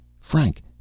frank